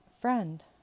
Friend